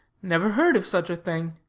never heard of such a thing.